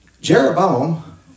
Jeroboam